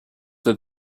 that